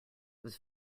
was